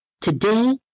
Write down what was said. Today